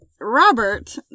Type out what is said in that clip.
Robert